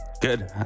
good